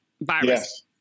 virus